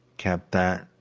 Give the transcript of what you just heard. cap that.